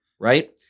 right